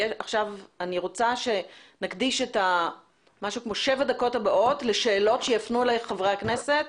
אני רוצה שנקדיש את שבע הדקות הבאות לשאלות שיפנו אלייך חברי הכנסת.